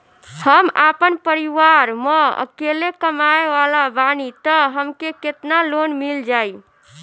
हम आपन परिवार म अकेले कमाए वाला बानीं त हमके केतना लोन मिल जाई?